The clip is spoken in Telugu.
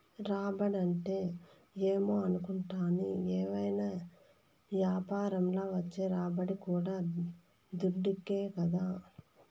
రాబడంటే ఏమో అనుకుంటాని, ఏవైనా యాపారంల వచ్చే రాబడి కూడా దుడ్డే కదా